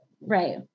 right